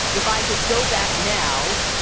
if i could go back now,